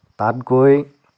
তাত গৈ